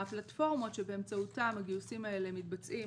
הפלטפורמות שבאמצעותן הגיוסים האלה מתבצעים